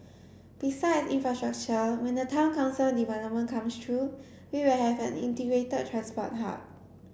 besides infrastructure when the town council development comes through we will have an integrated transport hub